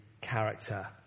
character